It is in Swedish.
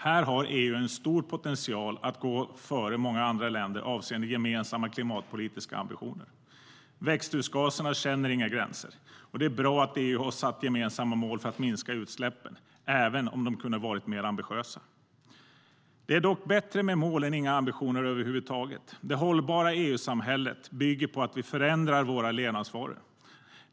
Här har EU en stor potential att gå före många andra länder avseende gemensamma klimatpolitiska ambitioner. Växthusgaserna känner inga gränser, och det är bra att EU har satt gemensamma mål för att minska utsläppen, även om de kunde ha varit mer ambitiösa. Det är dock bättre med mål än inga ambitioner över huvud taget. Det hållbara EU-samhället bygger på att vi förändrar våra levnadsvanor.